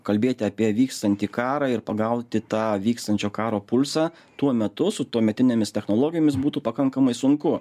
kalbėti apie vykstantį karą ir pagauti tą vykstančio karo pulsą tuo metu su tuometinėmis technologijomis būtų pakankamai sunku